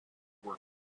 were